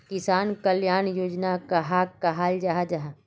किसान कल्याण योजना कहाक कहाल जाहा जाहा?